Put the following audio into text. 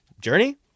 Journey